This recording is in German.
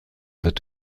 wird